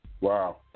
Wow